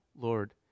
Lord